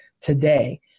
today